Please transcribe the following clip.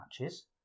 matches